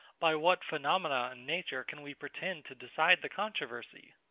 by what phenomena in nature can we pretend to decide the controversy?